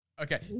Okay